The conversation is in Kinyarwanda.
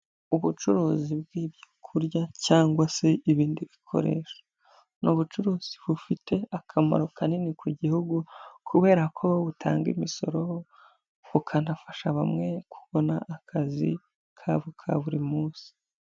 Ubucuruzi bw'ibyo kurya cyangwa se ibindi bikoresho ni ubucuruzi bufite akamaro kanini ku gihugu kubera ko butanga imisoro bukanafasha bamwe kubona akazi kabo ka buri munsi.